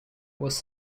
was